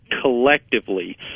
collectively